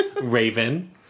raven